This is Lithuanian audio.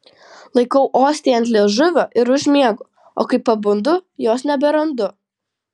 laikau ostiją ant liežuvio ir užmiegu o kai pabundu jos neberandu